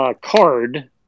card